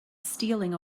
stealing